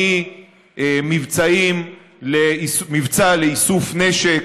ממבצע לאיסוף נשק,